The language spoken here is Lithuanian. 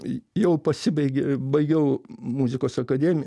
jau pasibaigė baigiau muzikos akademiją